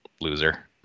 loser